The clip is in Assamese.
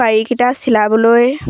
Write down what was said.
পাৰিকেইটা চিলাবলৈ